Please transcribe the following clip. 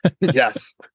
Yes